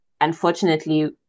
Unfortunately